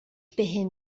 بهم